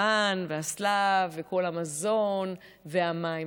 המן והשלו, וכל המזון והמים.